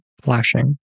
flashing